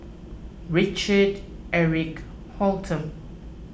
Richard Eric Holttum